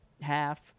half